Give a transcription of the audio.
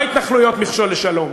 לא ההתנחלויות מכשול לשלום,